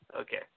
Okay